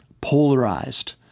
Polarized